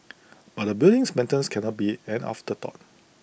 but A building's maintenance cannot be an afterthought